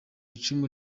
icumu